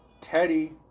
teddy